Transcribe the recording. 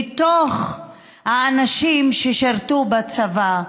מתוך האנשים ששירתו בצבא,